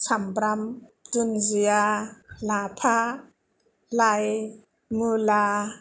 सामब्राम दुन्दिया लाफा लाइ मुला